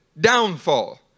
downfall